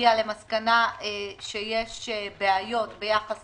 הגיעה למסקנה שיש בעיות ביחס